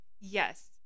Yes